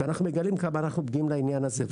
ואנחנו מגלים כמה אנחנו פגיעים לעניין הזה.